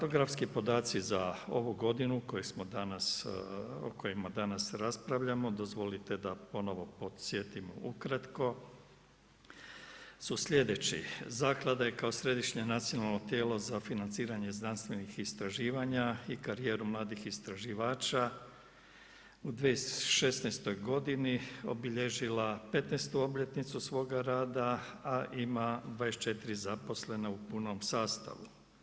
Faktografski podaci za ovu godinu koju smo danas, o kojima danas raspravljamo dozvolite da ponovno podsjetim ukratko su sljedeći: Zaklada je kao središnje nacionalno tijelo za financiranje znanstvenih istraživanja i karijeru mladih istraživača u 2016. godini obilježila petnaestu obljetnicu svoga rada, a ima 24 zaposlena u punom sastavu.